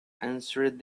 answered